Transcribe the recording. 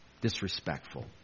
disrespectful